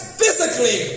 physically